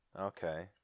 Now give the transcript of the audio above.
Okay